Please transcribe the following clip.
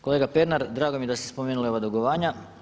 Kolega Pernar, drago mi je da ste spomenuli ova dugovanja.